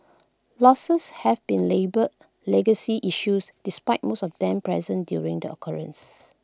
losses have been labelled legacy issues despite most of them present during the occurrences